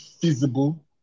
feasible